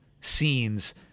scenes